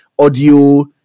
audio